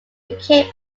became